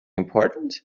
important